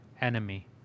enemy